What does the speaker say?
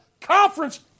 conference